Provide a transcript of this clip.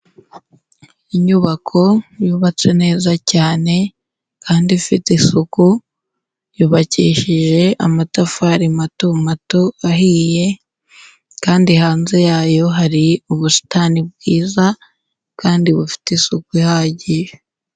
Inyubako yubatswe neza cyane, kandi ifite isuku, yubakishije amatafari mato mato ahiye, kandi hanze yayo hari ubusitani bwiza ,kandi bufite isuku ihagije.